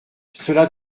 cela